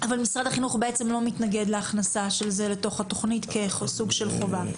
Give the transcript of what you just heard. אבל משרד החינוך בעצם לא מתנגד להכנסה של זה לתוך התוכנית כסוג של חובה.